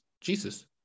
Jesus